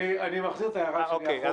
אני מחזיר את ההערה שלי אחורה,